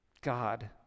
God